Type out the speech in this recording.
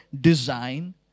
design